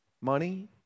money